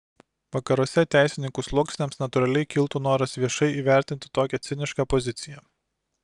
vakaruose teisininkų sluoksniams natūraliai kiltų noras viešai įvertinti tokią cinišką poziciją